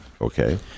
Okay